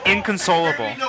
Inconsolable